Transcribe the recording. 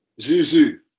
Zuzu